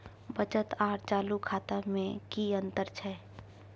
बचत आर चालू खाता में कि अतंर छै?